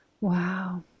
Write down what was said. Wow